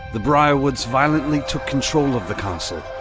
the briarwoods violently took control of the castle,